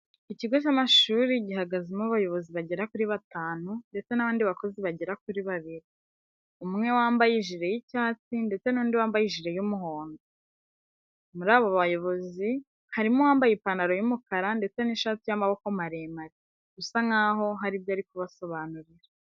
Ikigo cy'amashuri gihagazemo abayobozi bagera kuri batanu ndetse n'abandi bakozi bagera kuri babiri, umwe wambaye ijire y'icyatsi ndetse n'undi wambaye ijire y'umuhondo. Muri abo bayobozi harimo uwambaye ipantaro y'umukara ndetse n'ishati y'amaboko maremare, usa nkaho hari ibyo ari kubasobanurira.